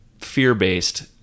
fear-based